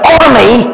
army